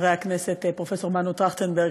פרופ' מנו טרכטנברג,